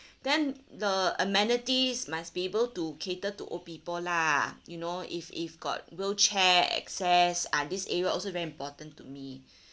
then the amenities must be able to cater to old people lah you know if if got wheelchair access ah this area also very important to me